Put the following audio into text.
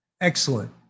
Excellent